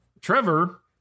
trevor